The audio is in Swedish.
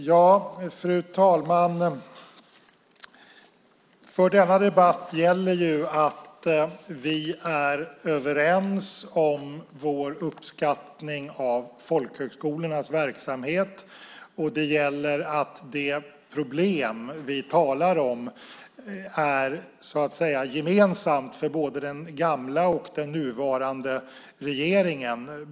Fru talman! För denna debatt gäller att vi är överens i vår uppskattning av folkhögskolornas verksamhet. Det problem vi talar om är så att säga gemensamt för både den gamla och den nuvarande regeringen.